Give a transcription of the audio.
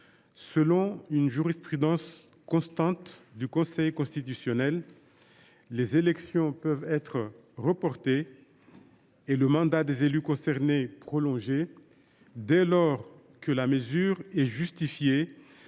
Selon une jurisprudence constante du Conseil constitutionnel, les élections peuvent être reportées et le mandat des élus concernés prolongé, dès lors que la mesure est justifiée